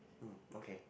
mm okay